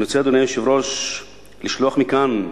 אני רוצה, אדוני היושב-ראש, לשלוח מכאן,